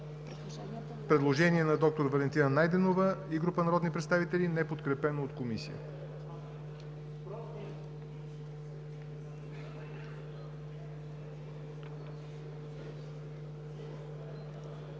предложение на доктор Валентина Найденова и група народни представители, неподкрепено от Комисията.